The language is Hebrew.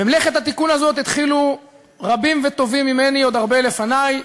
במלאכת התיקון הזאת התחילו רבים וטובים ממני עוד הרבה לפני.